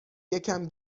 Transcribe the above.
یکم